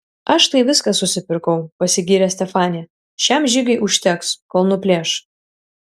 aš tai viską susipirkau pasigyrė stefanija šiam žygiui užteks kol nuplėš